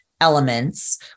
elements